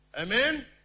Amen